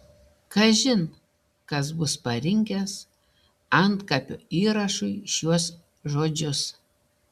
kažin kas bus parinkęs antkapio įrašui šiuos žodžius